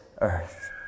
earth